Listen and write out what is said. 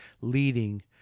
leading